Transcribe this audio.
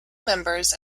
members